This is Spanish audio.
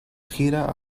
gira